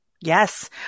Yes